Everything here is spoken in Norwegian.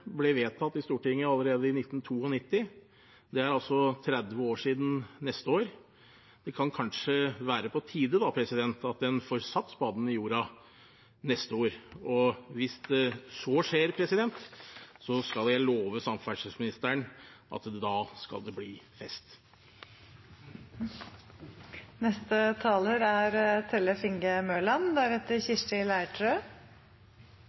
ble vedtatt i Stortinget allerede i 1992. Neste år er det altså 30 år siden, og da kan det kanskje være på tide at en får satt spaden i jorda neste år. Hvis så skjer, skal jeg love samferdselsministeren at da skal det bli